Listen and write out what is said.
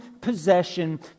possession